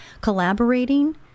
Collaborating